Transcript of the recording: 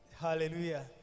Hallelujah